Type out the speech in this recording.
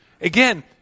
Again